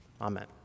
Amen